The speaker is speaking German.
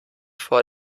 vor